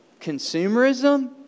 consumerism